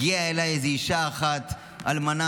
הגיעה אליי איזו אישה אחת אלמנה,